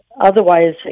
otherwise